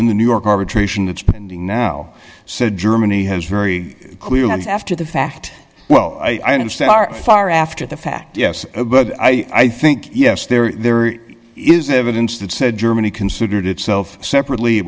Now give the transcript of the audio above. in the new york arbitration that's pending now said germany has very clearly after the fact well i didn't start far after the fact yes but i think yes there is evidence that said germany considered itself separately